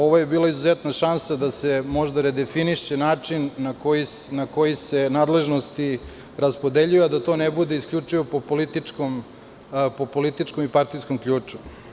Ovo je bila izuzetna šansa da se možda redefiniše način na koji se nadležnosti raspodeljuje, a da to ne bude isključivo po političkom i partijskom ključu.